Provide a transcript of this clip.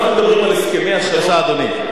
בבקשה, אדוני.